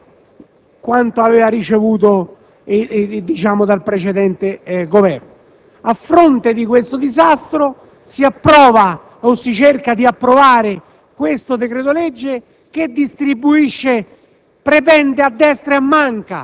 Basta ricordare quanto aveva ricevuto dal precedente Governo. A fronte di tale disastro, si approva, o si cerca di approvare, questo decreto-legge, che distribuisce